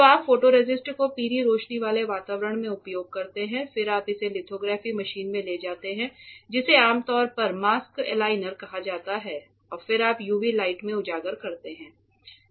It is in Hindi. तो आप फोटोरेसिस्ट को पीली रोशनी वाले वातावरण में उपयोग करते हैं फिर आप इसे लिथोग्राफी मशीन में ले जाते हैं जिसे आमतौर पर मास्क एलाइनर कहा जाता है और फिर आप यूवी लाइट में उजागर करते हैं